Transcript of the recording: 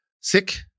sick